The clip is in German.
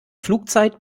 flugzeit